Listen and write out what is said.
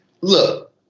Look